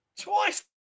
twice